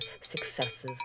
successes